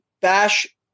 bash